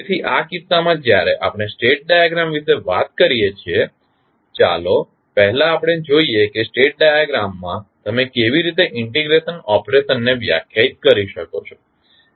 તેથી આ કિસ્સામાં જ્યારે આપણે સ્ટેટ ડાયાગ્રામ વિશે વાત કરીએ છીએ ચાલો પહેલા આપણે જોઈએ કે સ્ટેટ ડાયાગ્રામમાં તમે કેવી રીતે ઇન્ટિગ્રેશન ઓપરેશનને વ્યાખ્યાયિત કરી શકો છો